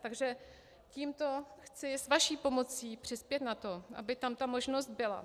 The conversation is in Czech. Takže tímto chci s vaší pomocí přispět k tomu, aby tam ta možnost byla.